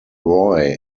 roy